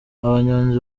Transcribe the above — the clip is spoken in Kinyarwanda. abanyonzi